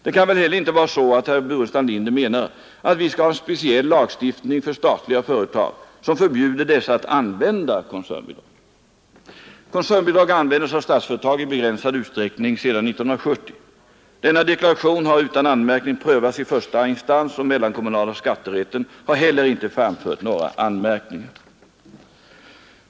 Det kan väl heller inte vara så att herr Burenstam Linder menar att vi skall ha en speciell lagstiftning för statliga företag som förbjuder dessa att använda koncernbidrag? Koncernbidrag användes av Statsföretag i begränsad utsträckning redan 1970. Denna deklaration har utan anmärkning prövats i första instans, och mellankommunala skatterätten har heller inte framfört några anmärkningar.